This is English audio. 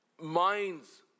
minds